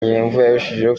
yarushijeho